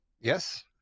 Yes